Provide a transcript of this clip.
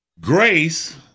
Grace